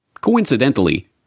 Coincidentally